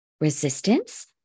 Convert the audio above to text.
resistance